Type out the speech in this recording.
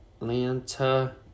Atlanta